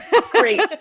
Great